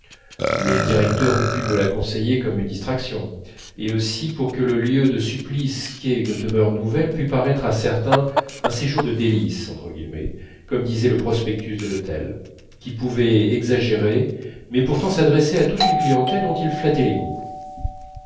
le directeur eût pu me la conseiller comme une distraction et aussi pour que le lieu de supplice qu'est une demeure nouvelle pût paraître à certains un séjour de délices comme disait le prospectus de l'hôtel qui pouvait exagérer mais pourtant s'adressait à toute une clientèle dont il flattait les